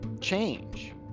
change